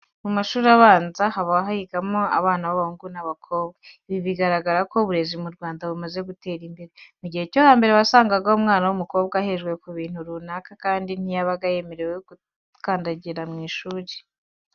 Mu mashuri abanza usanga haba higamo abana b'abahungu n'ab'abakobwa. Ibi bigaragaza ko uburezi mu Rwanda bumaze gutera imbere. Mu gihe cyo hambere wasangaga umwana w'umukobwa ahejwe ku bintu runaka kandi ntiyabaga yemerewe gukandagira mu ishuri.